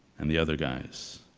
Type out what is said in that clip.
and the other guys.